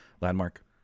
Landmark